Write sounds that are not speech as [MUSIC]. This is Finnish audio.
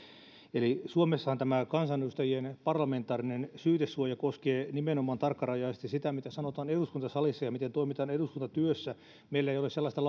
eli suomessahan tämä kansanedustajien parlamentaarinen syytesuoja koskee nimenomaan tarkkarajaisesti sitä mitä sanotaan eduskuntasalissa ja miten toimitaan eduskuntatyössä meillä ei ole sellaista [UNINTELLIGIBLE]